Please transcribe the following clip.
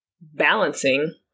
balancing